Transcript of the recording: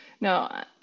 no